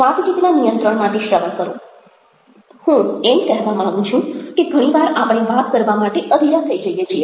વાતચીતના નિયંત્રણ માટે શ્રવણ કરો હું એમ કહેવા માંગું છું કે ઘણી વાર આપણે વાત કરવા માટે અધીરા થઈ જઈએ છીએ